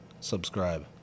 Subscribe